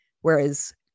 whereas